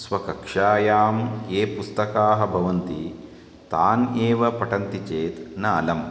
स्वकक्षायां यानि पुस्तकानि भवन्ति तानि एव पठन्ति चेत् न अलम्